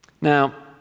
Now